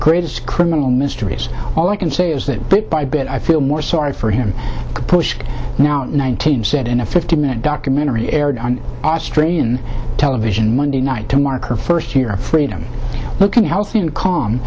greatest criminal mysteries all i can say is that bit by bit i feel more sorry for him pushed now nineteen said in a fifteen minute documentary aired on australian television monday night to mark her first year of freedom looking healthy and calm